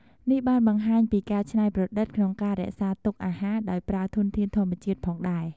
នេះបានបង្ហាញពីការច្នៃប្រឌិតក្នុងការរក្សាទុកអាហារដោយប្រើធនធានធម្មជាតិផងដែរ។